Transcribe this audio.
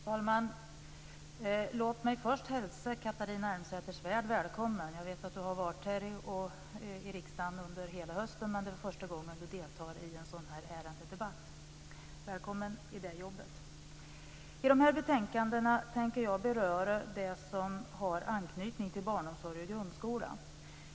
Herr talman! Låt mig börja med att hälsa Catharina Elmsäter-Svärd välkommen. Jag vet att hon varit i riksdagen under hela hösten, men det här är första gången hon deltar i en ärendedebatt. Välkommen i det arbetet! I de här betänkandena tänker jag beröra det som har anknytning till barnomsorg och grundskola.